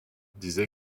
disait